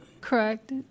Correct